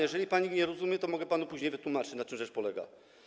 Jeżeli pan nie rozumie, to mogę panu później wytłumaczyć, na czym rzecz polega.